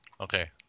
Okay